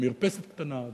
ומרפסת קטנה,